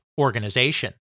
organization